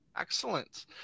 Excellent